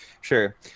sure